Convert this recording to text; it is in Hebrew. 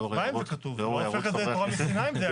לאור הערות חברי הכנסת.